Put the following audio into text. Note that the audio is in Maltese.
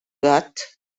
gatt